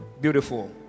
Beautiful